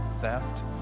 theft